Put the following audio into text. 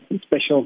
special